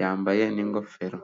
yambaye n'ingofero.